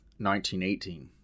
1918